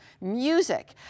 music